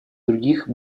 других